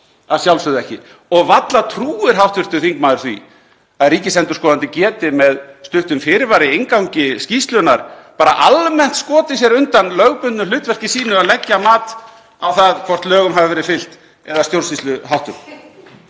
að sjálfsögðu ekki. Og varla trúir hv. þingmaður því að ríkisendurskoðandi geti með stuttum fyrirvara í inngangi skýrslunnar bara almennt skotið sér undan lögbundnu hlutverki sínu að leggja mat á það hvort lögum hafi verið fylgt eða stjórnsýsluháttum.